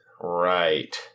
Right